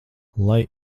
lai